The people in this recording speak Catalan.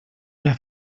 una